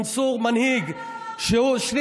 מנסור מנהיג, שירת הברבור, נפתלי.